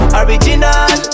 original